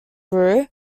grew